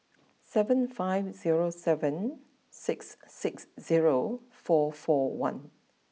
seven five zero seven six six zero four four one